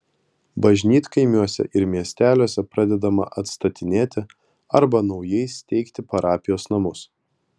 bažnytkaimiuose ir miesteliuose pradedama atstatinėti arba naujai steigti parapijos namus